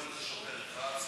יכול להיות שוטר אחד,